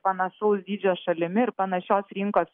panašaus dydžio šalimi ir panašios rinkos